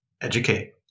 educate